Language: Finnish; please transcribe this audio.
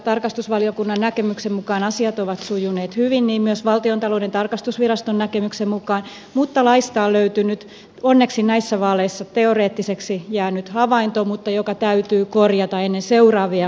tarkastusvaliokunnan näkemyksen mukaan asiat ovat sujuneet hyvin niin myös valtiontalouden tarkastusviraston näkemyksen mukaan mutta laista on löytynyt näissä vaaleissa onneksi teoreettiseksi jäänyt havainto joka kuitenkin täytyy korjata ennen seuraavia tasavallan presidentin vaaleja